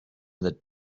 that